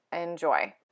Enjoy